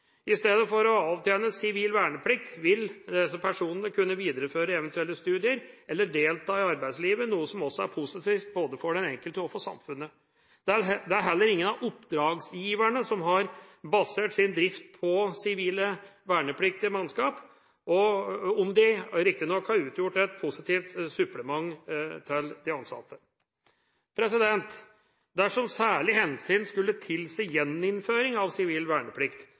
I stedet for å avtjene sivil verneplikt vil disse personene kunne videreføre eventuelle studier eller delta i arbeidslivet, noe som også er positivt både for den enkelte og for samfunnet. Det er heller ingen av oppdragsgiverne som har basert sin drift på sivilt vernepliktig mannskap, selv om de riktignok har utgjort et positivt supplement til de ansatte. Dersom særlige hensyn skulle tilsi gjeninnføring av sivil verneplikt,